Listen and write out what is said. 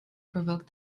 provoked